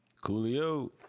Coolio